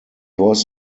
was